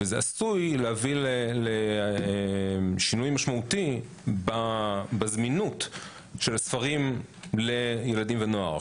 זה עשוי להביא לשינוי משמעותי בזמינות של ספרים לילדים ונוער.